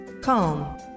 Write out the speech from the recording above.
Calm